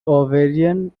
ovarian